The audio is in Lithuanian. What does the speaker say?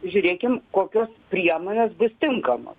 žiūrėkim kokios priemonės bus tinkamos